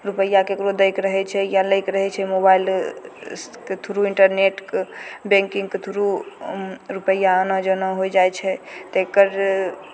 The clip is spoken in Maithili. रुपैआ ककरो दैके रहय छै या लैके रहय छै मोबाइल के थ्रू या इन्टरनेटके बैंकिंगके थ्रू रुपैआ आना जाना होए जाइ छै तऽ एकर